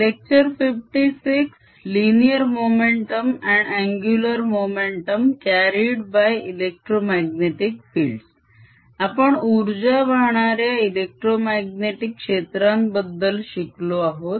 linear momentum and angular momentum carried by electromagnetic fields आपण उर्जा वाहणाऱ्या इलेक्ट्रोमाग्नेटीक क्षेत्रांबद्दल शिकलो आहोत